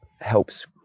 helps